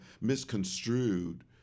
misconstrued